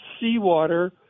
seawater